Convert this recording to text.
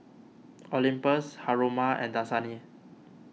Olympus Haruma and Dasani